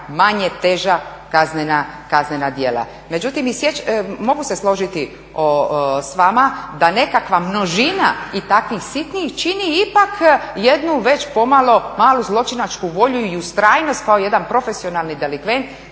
manje teža kaznena djela. Međutim, mogu se složiti s vama da nekakva množina i takvih sitnih čini ipak jednu već pomalo malu zločinačku volju i ustrajnost kao jedan profesionalni delikvent